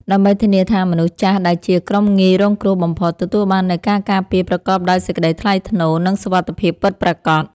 ដើម្បីធានាថា មនុស្សចាស់ដែលជាក្រុមងាយរងគ្រោះបំផុត ទទួលបាននូវការការពារប្រកបដោយសេចក្តីថ្លៃថ្នូរ និងសុវត្ថិភាពពិតប្រាកដ។